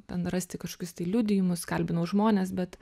ten rasti kažkokius tai liudijimus kalbinau žmones bet